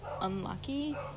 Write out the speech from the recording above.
unlucky